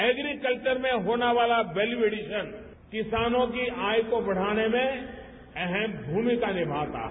agree culture में होने वाला वेल्यूवेडिशन किसानों की आय को बढ़ाने में अहम भूमिका निमाता है